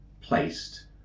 placed